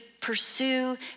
pursue